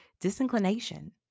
disinclination